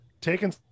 taking